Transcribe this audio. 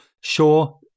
sure